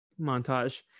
montage